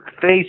face